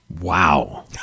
Wow